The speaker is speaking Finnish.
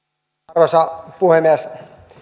arvoisa puhemies